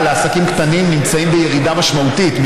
לעסקים קטנים נמצאות בירידה משמעותית,